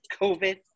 COVID